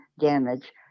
damage